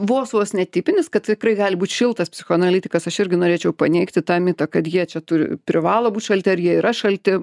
vos vos netipinis kad tikrai gali būt šiltas psichoanalitikas aš irgi norėčiau paneigti tą mitą kad jie čia turi privalo būt šalti ar jie yra šalti